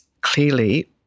clearly